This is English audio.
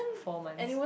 four months